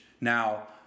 Now